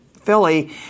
Philly